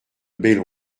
belle